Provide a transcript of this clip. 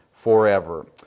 forever